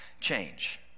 change